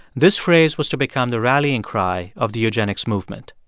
this phrase was to become the rallying cry of the eugenics movement.